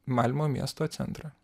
malmo miesto centrą